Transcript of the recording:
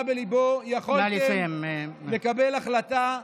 בליבו, יכולתם לקבל החלטה,